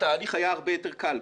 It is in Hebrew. התהליך היה הרבה יותר קל.